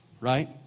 Right